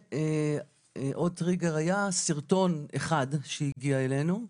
ועוד טריגר היה סרטון אחד שהגיע אלינו.